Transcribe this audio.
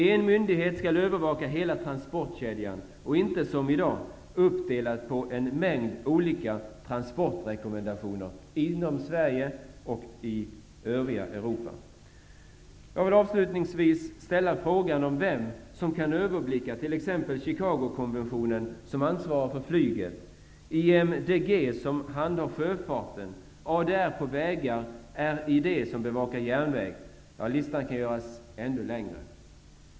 En myndighet skall övervaka hela transportkedjan, och det skall inte vara uppdelat på en mängd olika transportrekommendationer inom Sverige och i övriga Europa, som det är i dag. Jag vill avslutningsvis ställa frågan vem som kan överblicka Chicagokonventionen, som ansvarar för flyget, IMDG, som handhar sjöfarten, ADR, som ansvarar för vägar, och RID, som bevakar järnvägar. Listan kan göras ännu längre.